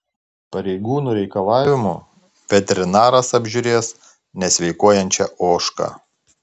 pareigūnų reikalavimu veterinaras apžiūrės nesveikuojančią ožką